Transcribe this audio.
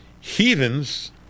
Heathens